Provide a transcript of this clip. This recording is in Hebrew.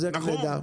אז איך נדע?